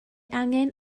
angen